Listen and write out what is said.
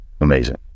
Amazing